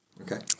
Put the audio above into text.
Okay